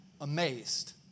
amazed